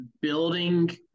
building